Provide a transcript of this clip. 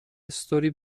استوری